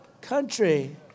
country